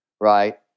right